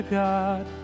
god